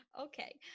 okay